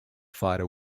fighter